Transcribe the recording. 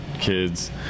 kids